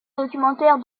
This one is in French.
documentaire